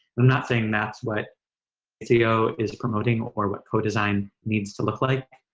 i'm not saying that's what seo is promoting, or what co-design needs to look like.